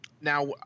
Now